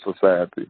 society